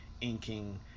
inking